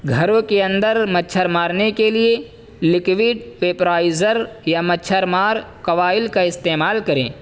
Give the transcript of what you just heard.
گھروں کے اندر مچھر مارنے کے لیے لکویڈ پیپرائزر یا مچھرمار کوائل کا استعمال کریں